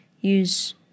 use